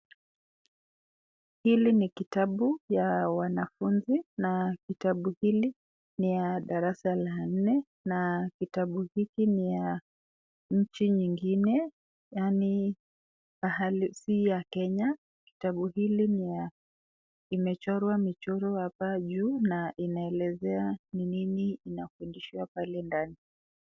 Hili ni kitabu ya wanafunzi na kitabu hili ni ya darasa la nne na kitabu hiki ni ya nchi nyingine yani pahali si ya Kenya, kitabu hili ni ya imechorwa michoro hapa juu na inaelezea ni nini inafundishiwa pale ndani.